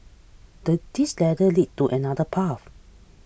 the this ladder leads to another path